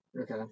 okay